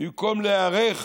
במקום להיערך,